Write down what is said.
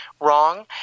wrong